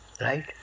Right